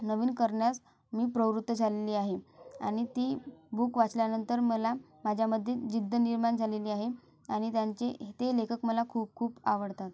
नवीन करण्यास मी प्रवृत्त झालेली आहे आणि ती बुक वाचल्यानंतर मला माझ्यामधील जिद्द निर्माण झालेली आहे आणि त्यांचे ह ते लेखक मला खूप खूप आवडतात